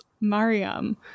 Mariam